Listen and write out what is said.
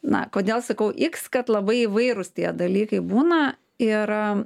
na kodėl sakau iks kad labai įvairūs tie dalykai būna ir